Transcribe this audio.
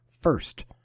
first